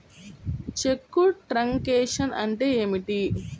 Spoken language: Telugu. చెక్కు ట్రంకేషన్ అంటే ఏమిటి?